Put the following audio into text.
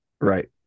Right